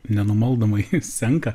nenumaldomai senka